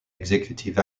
executive